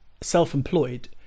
self-employed